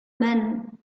men